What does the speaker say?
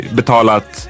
betalat